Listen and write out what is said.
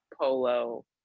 polo